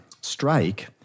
strike